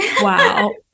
Wow